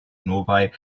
novaj